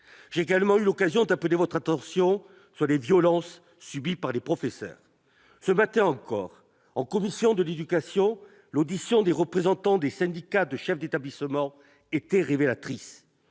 J'ai également eu l'occasion d'appeler votre attention sur les violences subies par les professeurs. Ce matin encore, en commission de l'éducation, l'audition des représentants des syndicats de chefs d'établissement était révélatrice.